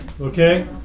Okay